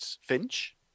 Finch